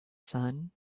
sun